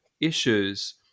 issues